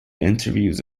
interviews